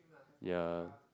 ya